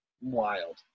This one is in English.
wild